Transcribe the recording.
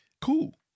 Cool